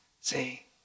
See